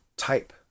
type